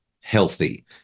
healthy